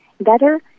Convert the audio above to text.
better